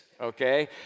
okay